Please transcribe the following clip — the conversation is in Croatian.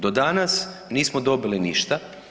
Do danas nismo dobili ništa.